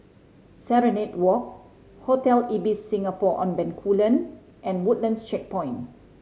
Serenade Walk Hotel Ibis Singapore On Bencoolen and Woodlands Checkpoint